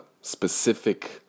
specific